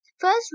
First